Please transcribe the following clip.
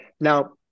Now